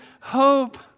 hope